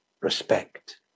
respect